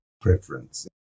preference